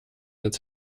als